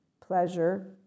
pleasure